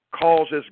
causes